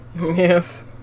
Yes